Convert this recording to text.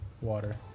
water